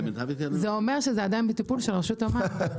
זה אומר שזה עדיין בטיפול של רשות המים.